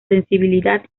sensibilidad